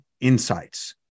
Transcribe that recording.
insights